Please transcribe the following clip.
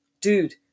dude